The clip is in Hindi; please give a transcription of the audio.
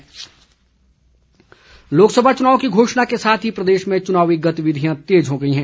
चुनाव सरगर्मी लोकसभा चुनाव की घोषणा के साथ ही प्रदेश में चुनावी गतिविधियां तेज हो गई हैं